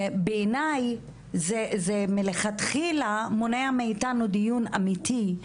בעיניי זה מלכתחילה מונע מאיתנו דיון אמיתי.